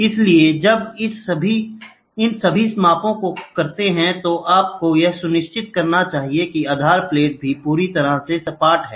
इसलिए जब आप इन सभी मापों को करते हैं तो आपको यह सुनिश्चित करना चाहिए कि आधार प्लेट भी पूरी तरह से सपाट है